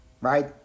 right